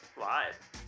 live